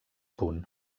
punt